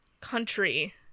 country